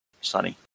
Sunny